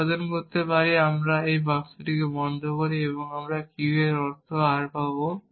আমরা আবেদন করতে পারি তারপর আমরা এই বাক্সটি বন্ধ করি আমরা q এর অর্থ r পাব